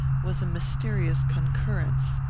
was a mysterious concurrence.